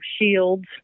shields